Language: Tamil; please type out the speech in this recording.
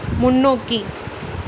முன்னோக்கி